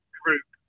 group